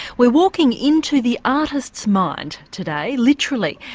we're walking in to the artist's mind today, literally,